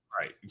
Right